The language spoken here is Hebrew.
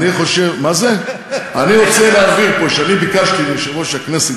אני רוצה להבהיר פה שאני ביקשתי מיושב-ראש הכנסת,